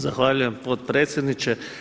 Zahvaljujem potpredsjedniče.